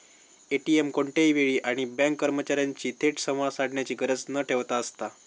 ATM कोणत्याही वेळी आणि बँक कर्मचार्यांशी थेट संवाद साधण्याची गरज न ठेवता असता